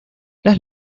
las